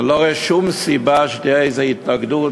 אני לא רואה שום סיבה שתהיה איזה התנגדות